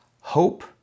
hope